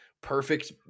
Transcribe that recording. perfect